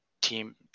team